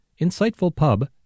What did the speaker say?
insightfulpub